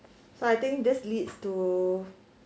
so I think this leads to